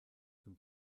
zum